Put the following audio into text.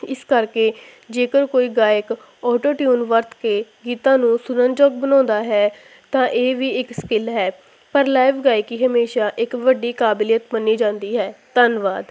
ਇਸ ਕਰਕੇ ਜੇਕਰ ਕੋਈ ਗਾਇਕ ਓਟੋ ਟਿਊਨ ਵਰਤ ਕੇ ਗੀਤਾਂ ਨੂੰ ਸੁਣਨਯੋਗ ਬਣਾਉਂਦਾ ਹੈ ਤਾਂ ਇਹ ਵੀ ਇੱਕ ਸਕਿਲ ਹੈ ਪਰ ਲਾਈਵ ਗਾਇਕੀ ਹਮੇਸ਼ਾਂ ਇੱਕ ਵੱਡੀ ਕਾਬਲੀਅਤ ਮੰਨੀ ਜਾਂਦੀ ਹੈ ਧੰਨਵਾਦ